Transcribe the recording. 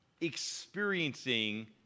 experiencing